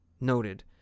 noted